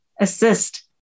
assist